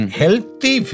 healthy